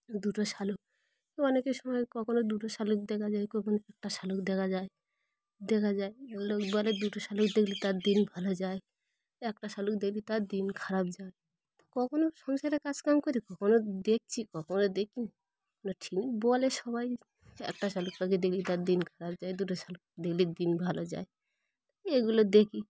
দুটো শালিক অনেকের সময় কখনও দুটো শালিক দেখা যায় কখনও একটা শালিক দেখা যায় দেখা যায় লোক বলে দুটো শালিক দেখলে তার দিন ভালো যায় একটা শালিক দেখলে তার দিন খারাপ যায়ো কখনও সংসারে কাজকাম করি কখনও দেখছি কখনও দেখি না কোনো ঠিক নেই বলে সবাই একটা শালিকটাকে দেখলি তার দিন খারাপ যায় দুটো শালিক দেখললে দিন ভালো যায় এগুলো দেখি